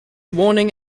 warning